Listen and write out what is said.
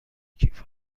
کیف